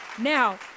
now